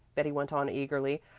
betty went on eagerly.